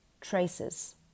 traces